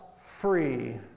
free